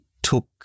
took